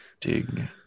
dig